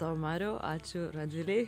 tau mariau ačiū radvilei